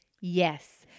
yes